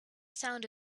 sound